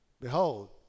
behold